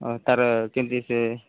ହଁ ତା'ର କେମିତି ସେ